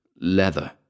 leather